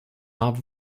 are